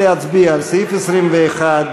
לסעיף 21,